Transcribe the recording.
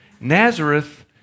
Nazareth